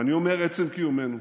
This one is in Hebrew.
ואני אומר "עצם קיומנו"